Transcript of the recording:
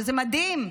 שזה מדהים,